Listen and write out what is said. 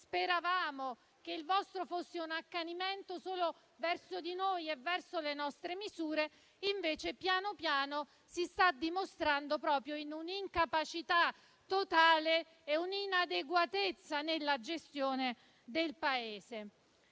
speravamo - che il vostro fosse un accanimento solo verso di noi e le nostre misure, invece piano piano si sta dimostrando proprio una totale incapacità e un'inadeguatezza nella gestione del Paese.